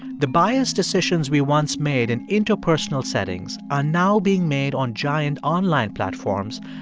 the biased decisions we once made in interpersonal settings are now being made on giant, online platforms,